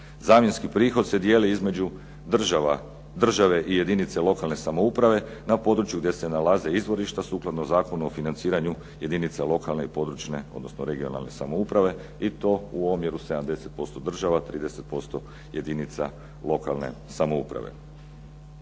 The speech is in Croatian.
Zamjenski prihod se dijeli između države i jedinice lokalne samouprave na području gdje se nalaze izvorišta sukladno Zakonu o financiranju jedinica lokalne i područne, regionalne samouprave, i to u omjeru 70% država, 30% jedinica lokalne samouprave.